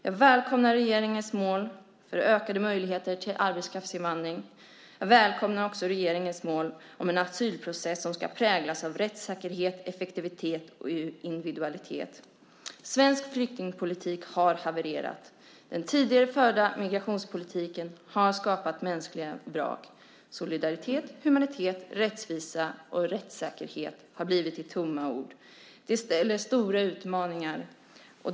Jag välkomnar regeringens mål för ökade möjligheter till arbetskraftsinvandring. Jag välkomnar också regeringens mål om en asylprocess som ska präglas av rättssäkerhet, effektivitet och individualitet. Svensk flyktingpolitik har havererat. Den tidigare förda migrationspolitiken har skapat mänskliga vrak. Solidaritet, humanitet, rättvisa och rättssäkerhet har blivit till tomma ord. Det innebär stora utmaningar.